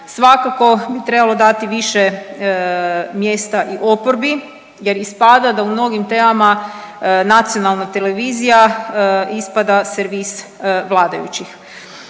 Svakako bi trebalo dati više mjesta i oporbi jer ispada da u mnogim temama nacionalna televizija ispada servis vladajućih.